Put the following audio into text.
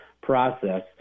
process